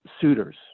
suitors